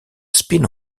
spin